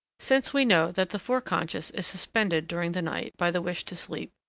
since we know that the foreconscious is suspended during the night by the wish to sleep,